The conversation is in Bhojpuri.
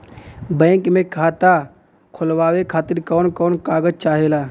बैंक मे खाता खोलवावे खातिर कवन कवन कागज चाहेला?